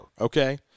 okay